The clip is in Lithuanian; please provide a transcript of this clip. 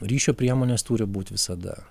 ryšio priemonės turi būt visada